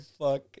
fuck